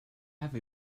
have